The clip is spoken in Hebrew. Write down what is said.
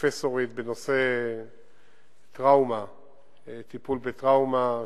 פרופסורית בנושא טיפול בטראומה,